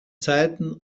zeiten